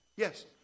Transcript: Yes